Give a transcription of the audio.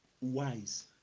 wise